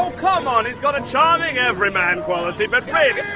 um on, he's got a charming everyman quality, but